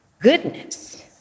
Goodness